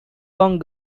kong